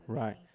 right